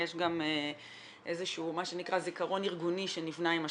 יש גם איזשהו מה שנקרא זיכרון ארגוני שנבנה עם השנים.